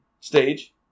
stage